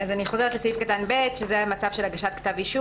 אני חוזרת לסעיף קטן (ב) שזה מצב של הגשת כתב אישום.